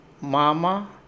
Mama